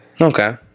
Okay